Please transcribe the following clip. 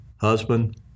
husband